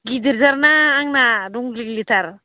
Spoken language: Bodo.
गिदिरथारना आंना दंग्लिग्लिथार